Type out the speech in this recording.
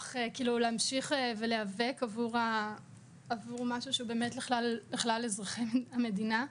להמשיך להיאבק עבור משהו שהוא לכלל אזרחי המדינה.